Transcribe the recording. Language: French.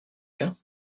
qu’un